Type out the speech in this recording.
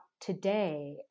today